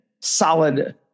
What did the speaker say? solid